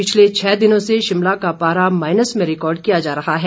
पिछले छह दिनों से शिमला का पारा माइनस में रिकार्ड किया जा रहा है